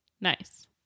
nice